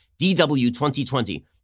DW2020